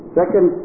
second